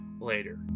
later